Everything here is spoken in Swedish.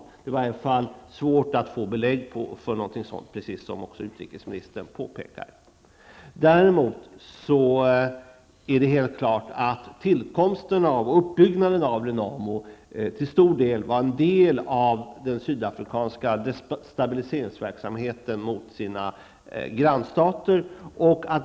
Det är i varje fall svårt att få belägg för någonting sådant, precis som utrikesministern påpekade. Däremot är det helt klart att tillkomsten och uppbyggnaden av Renamo till stor del var en del av den sydafrikanska destabiliseringsverksamheten gentemot grannstaterna.